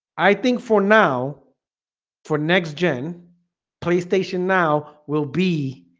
i think for now for next gen playstation now will be